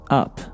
up